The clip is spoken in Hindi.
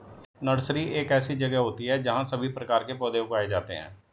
नर्सरी एक ऐसी जगह होती है जहां सभी प्रकार के पौधे उगाए जाते हैं